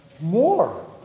more